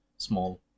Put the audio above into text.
small